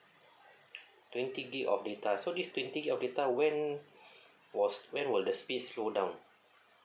twenty gig of data so this twenty gig of data when was when will the speed slow down